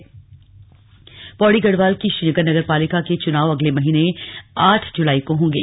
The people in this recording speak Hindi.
स्लग निकाय चुनाव पौड़ी गढ़वाल की श्रीनगर नगर पालिका के चुनाव अगले महीने आठ जुलाई को होंगे